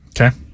Okay